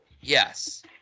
Yes